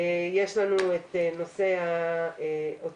יש לנו את נושא האוטיזם.